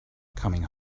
coming